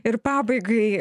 ir pabaigai